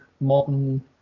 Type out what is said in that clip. modern